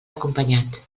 acompanyat